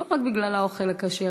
לא רק בגלל האוכל הכשר,